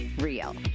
real